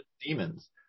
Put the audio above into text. demons